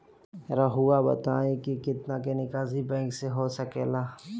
रहुआ बताइं कि कितना के निकासी बैंक से हो सके ला?